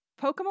Pokemon